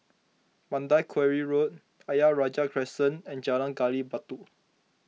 Mandai Quarry Road Ayer Rajah Crescent and Jalan Gali Batu